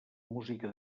música